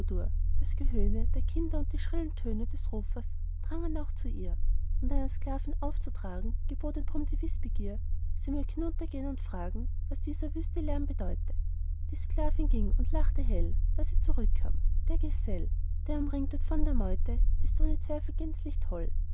das gehöhne der kinder und die schrillen töne des rufers drangen auch zu ihr und einer sklavin aufzutragen gebot ihr drum die wißbegier sie mög hinuntergehn und fragen was dieser wüste lärm bedeute die sklavin ging und lachte hell da sie zurückkam der gesell der dort umringt wird von der meute ist ohne zweifel gänzlich toll